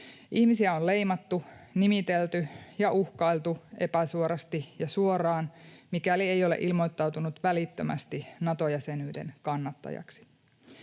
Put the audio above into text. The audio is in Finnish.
Ihmisiä on leimattu, nimitelty ja uhkailtu epäsuorasti ja suoraan, mikäli ei ole ilmoittautunut välittömästi Nato-jäsenyyden kannattajaksi.